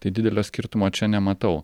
tai didelio skirtumo čia nematau